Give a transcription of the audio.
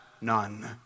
none